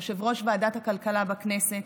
יושב-ראש ועדת הכלכלה בכנסת,